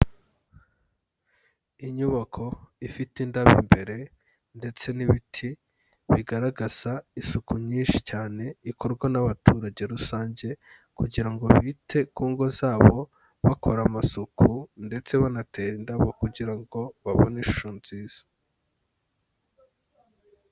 Inyubako ifite indabo imbere ndetse n'ibiti, bigaragaza isuku nyinshi cyane ikorwa n'abaturage rusange kugira ngo bite ku ngo zabo, bakora amasuku ndetse banatera indabo kugira ngo babone ishusho nziza.